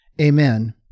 Amen